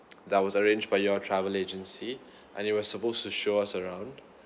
that was arranged by your travel agency and he was supposed to show us around